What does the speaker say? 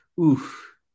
oof